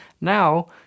now